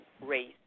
race